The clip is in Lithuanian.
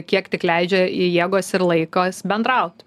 kiek tik leidžia jėgos ir laikas bendraut